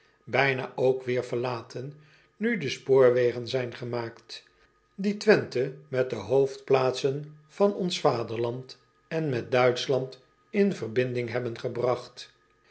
bijna ook weêr verlaten nu de spoorwegen zijn gemaakt die wenthe met de hoofdplaatsen van ons vaderland en met uitschland in verbinding hebben gebragt